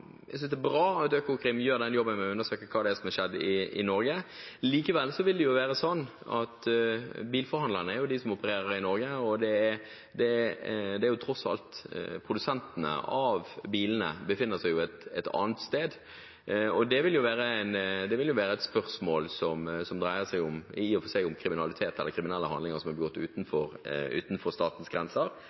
Jeg vil takke statsråden for svaret, og jeg vil takke henne for tilbakemeldingen på noen av de tingene som foregår. Jeg synes det er bra at Økokrim gjør jobben med å undersøke hva det er som har skjedd i Norge. Likevel vil det jo være sånn at det er bilforhandlerne som opererer i Norge, produsentene av bilene befinner seg jo tross alt et annet sted. Det vil være et spørsmål som i og for seg dreier seg om kriminelle handlinger som er begått utenfor statens grenser,